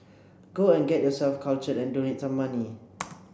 go and get yourself cultured and donate some money